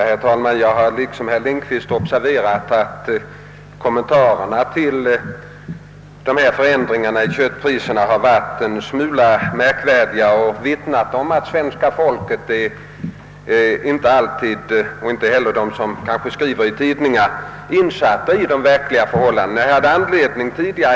Herr talman! Jag har, liksom herr Lindkvist, observerat att kommentarerna till dessa förändringar i köttpriserna har varit en smula märkliga och vittnat om att varken svenska folket eller de som skriver i tidningarna alltid är insatta i de verkliga förhållandena.